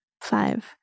Five